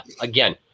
again